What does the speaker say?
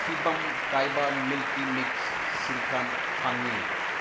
ꯐꯤꯚꯝ ꯀꯥꯏꯕ ꯃꯤꯜꯀꯤ ꯃꯤꯛꯁ ꯁ꯭ꯔꯤꯀꯥꯟ ꯐꯪꯏ